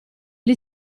gli